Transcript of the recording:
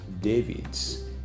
Davids